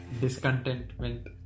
discontentment